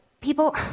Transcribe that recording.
people